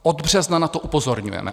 Od března na to upozorňujeme.